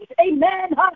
amen